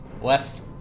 Wes